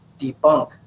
debunk